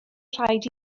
rhaid